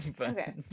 Okay